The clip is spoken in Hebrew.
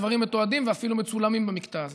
הדברים מתועדים ואפילו מצולמים במקטע הזה.